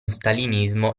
stalinismo